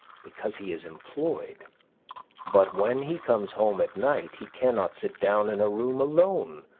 because he is employed but when he comes home at night he cannot sit down in a room alone,